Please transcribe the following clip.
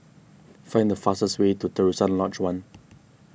find the fastest way to Terusan Lodge one